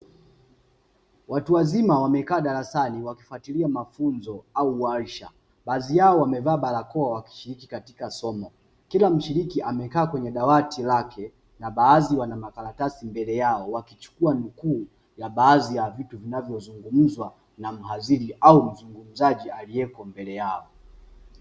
Watu wazima wamekaa darasani, wakifuatilia mafunzo au warsha, baadhi yao wamevaa barakoa, wakishiriki katika somo. Kila mshirki amekaa katika dawati lake na baadhi wamesimama mbele yao wakichukua nukuu ya baadhi ya vitu vinavyozungumzwa, na mhadhiri au mzungumzaji aliyepo mbele yao.